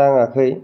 नाङाखै